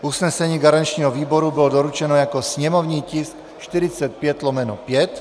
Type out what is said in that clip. Usnesení garančního výboru bylo doručeno jako sněmovní tisk 45/5.